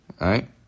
right